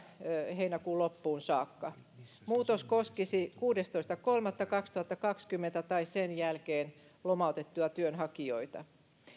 heinäkuun loppuun saakka muutos koskisi kuudestoista kolmatta kaksituhattakaksikymmentä tai sen jälkeen lomautettuja työnhakijoita